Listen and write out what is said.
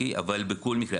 אבל בכל מקרה,